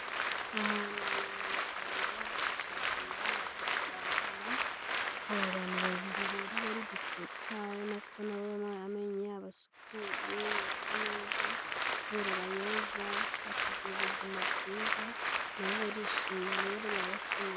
Ahantu mu ivuriro barasuzuma bakavura abantu, hari abantu babiri rero bari guseka abona ko nabo amenyo yabo asukuye basa neza kubera abayoza bakagira ubuzima bwiza, nabo barishimye rero babasa neza.